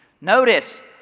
Notice